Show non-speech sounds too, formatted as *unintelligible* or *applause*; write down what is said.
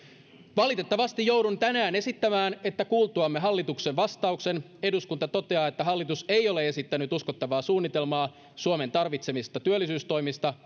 valitettavasti joudun tänään esittämään että kuultuamme hallituksen vastauksen eduskunta toteaa että hallitus ei ole esittänyt uskottavaa suunnitelmaa suomen tarvitsemista työllisyystoimista *unintelligible*